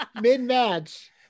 Mid-match